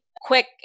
quick